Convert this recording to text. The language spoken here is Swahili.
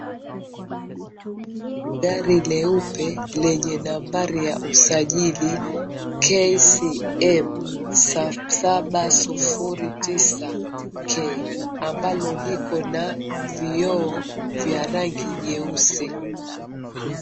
Gari leupe lenye nambari ya usajili KCM709K ambalo liko na vioo vya rangi nyeusi .